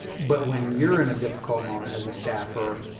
but when you're in a difficult moment as a staffer,